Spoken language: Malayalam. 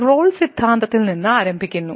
റോൾ സിദ്ധാന്തത്തിൽ നിന്ന് ആരംഭിക്കുന്നു